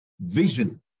vision